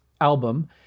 album